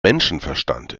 menschenverstand